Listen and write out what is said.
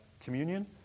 communion